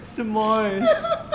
s'mores